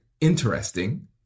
interesting